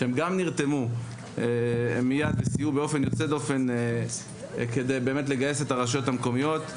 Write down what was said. הם גם נרתמו והם מייד סייעו באופן יוצא דופן לגיוס הרשויות המקומיות.